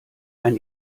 ein